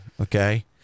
Okay